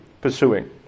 pursuing